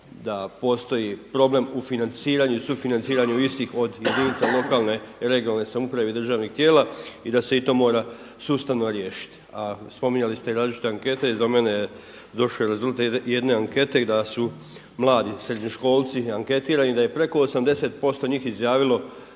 da postoji problem u financiranju i sufinanciranju istih od jedinica lokalne i regionalne samouprave i državnih tijela i da se to mora sustavno riješiti. A spominjali ste i različite ankete, do mene je došao rezultat jedne ankete da su mladi srednjoškolci anketirani i ad je preko 80% njih izjavilo